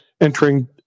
entering